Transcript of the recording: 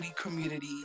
community